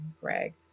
Greg